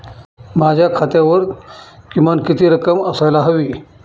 माझ्या खात्यावर किमान किती रक्कम असायला हवी?